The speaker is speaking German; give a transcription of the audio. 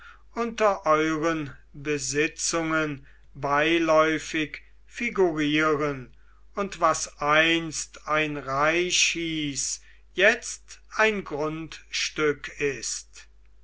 unter euren besitzungen beiläufig figurieren und was einst ein reich hieß jetzt ein grundstück ist